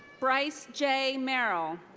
bryce j. merrill.